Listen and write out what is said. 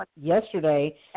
yesterday